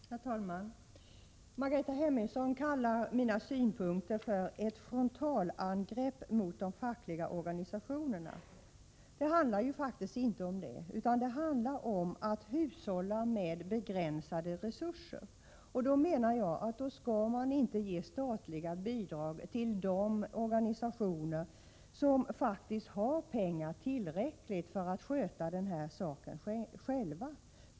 Herr talman! Margareta Hemmingsson kallar mina synpunkter för ett frontalangrepp mot de fackliga organisationerna. Det handlar faktiskt inte om det, utan det handlar om att hushålla med begränsade resurser. Då skall man inte ge statliga bidrag till de organisationer som faktiskt har tillräckligt med pengar för att kunna sköta dessa saker själva.